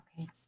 Okay